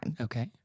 Okay